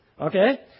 Okay